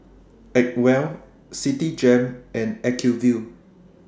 Acwell Citigem and Acuvue